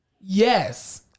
Yes